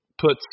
puts